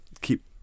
keep